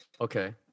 Okay